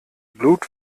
blut